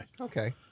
Okay